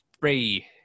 three